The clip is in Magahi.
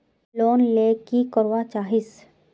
लोन ले की करवा चाहीस?